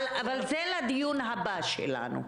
אבל זה לדיון הבא שלנו.